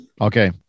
Okay